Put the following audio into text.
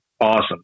awesome